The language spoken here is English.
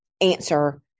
answer